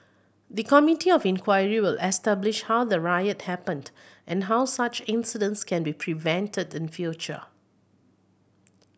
the Committee of Inquiry will establish how the riot happened and how such incidents can be prevented in future